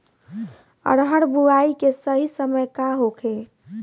अरहर बुआई के सही समय का होखे?